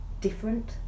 different